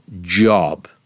job